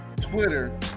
Twitter